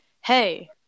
Hey